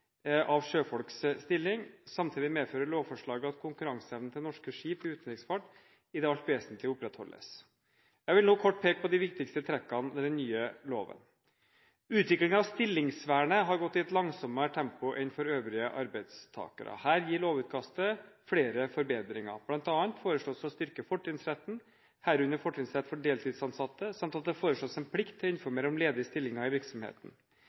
av sjøfolks stilling. Samtidig medfører lovforslaget at konkurranseevnen til norske skip i utenriksfart i det alt vesentlige opprettholdes. Jeg vil nå kort peke på de viktigste trekkene ved den nye loven. Utviklingen av stillingsvernet har gått i et langsommere tempo enn for øvrige arbeidstakere. Her gir lovutkastet flere forbedringer. Blant annet foreslås det å styrke fortrinnsretten, herunder fortrinnsrett for deltidsansatte, samt at det foreslås en plikt til å informere om ledige stillinger i virksomheten.